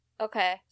Okay